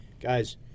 guys